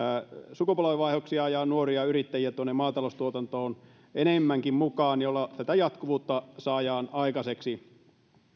sukupolvenvaihdoksia ja nuoria yrittäjiä maataloustuotantoon enemmänkin mukaan millä tätä jatkuvuutta saadaan aikaiseksi